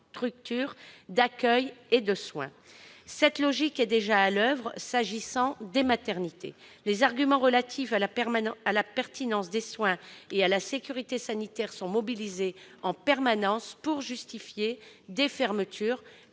infrastructures d'accueil et de soins. Cette logique est déjà à l'oeuvre s'agissant des maternités. Les arguments relatifs à la pertinence des soins et à la sécurité sanitaire sont avancés en permanence pour justifier des fermetures,